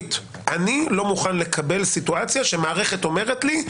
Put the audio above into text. ציבורית אני לא מוכן לקבל סיטואציה שמערכת אומרת לי,